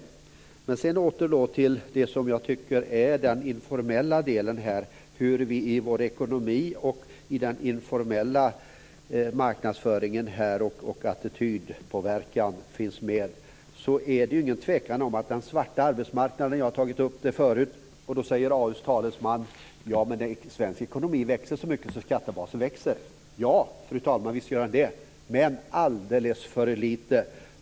Låt mig sedan återgå till det som jag tycker är den informella delen här, nämligen att vår ekonomi, den informella marknadsföringen och attitydpåverkan finns med här. Jag har tagit upp den svarta arbetsmarknaden förut. AU:s talesman säger att svensk ekonomi växer så mycket att skattebasen växer. Ja, fru talman, visst gör den det, men det är alldeles för lite.